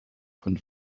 von